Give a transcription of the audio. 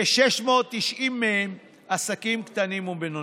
כ-690 מהן עסקים קטנים ובינוניים.